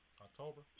October